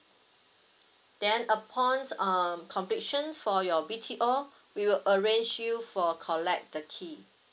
then upon uh completion for your B_T_O we will arrange you for collect the key